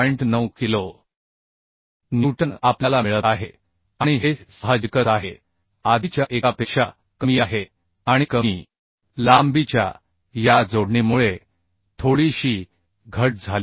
9 kilonewton आपल्याला मिळत आहे आणि हे साहजिकच आहे आधीच्या एकापेक्षा कमी आहे आणि कमी लांबीच्या या जोडणीमुळे थोडीशी घट झाली आहे